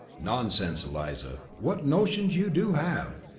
nonsense, eliza. what notions you do have!